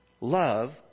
Love